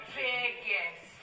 biggest